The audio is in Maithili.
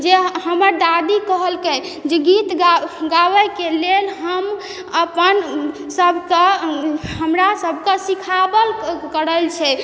जे हमर दादी कहलकइ जे गीत गाबयके लेल हम अपन सबके हमरा सबके सिखाबल करय छै